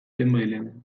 lehenbailehen